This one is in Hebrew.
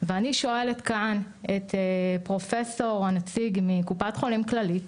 ואני שואלת כאן את הפרופ' הנציג של קופת חולים כללית,